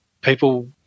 People